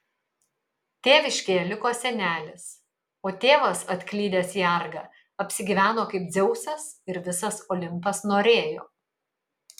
tėviškėje liko senelis o tėvas atklydęs į argą apsigyveno kaip dzeusas ir visas olimpas norėjo